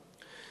אדוני.